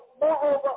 moreover